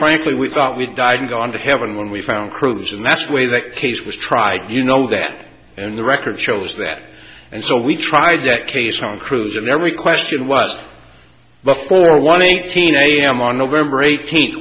frankly we thought we'd died and gone to heaven when we found cruz and that's way that case was tried you know that and the record shows that and so we tried that case on cruise and every question was before one thousand i am on november eighteen